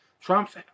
Trump's